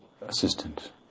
assistant